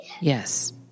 Yes